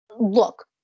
Look